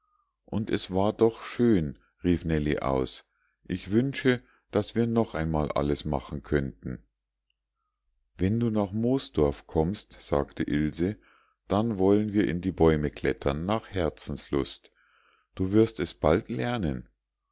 und es war doch schön rief nellie aus ich wünsche daß wir noch einmal alles machen könnten wenn du nach moosdorf kommst sagte ilse dann wollen wir in die bäume klettern nach herzenslust du wirst es bald lernen